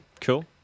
cool